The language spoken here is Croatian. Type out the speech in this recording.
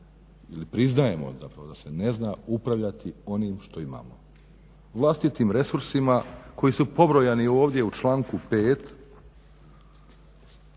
ili priznajemo zapravo da se ne zna upravljati onime što imamo. Vlastitim resursima koji su pobrojani ovdje u članku 5.,